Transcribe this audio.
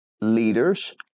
Leaders